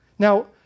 Now